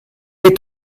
est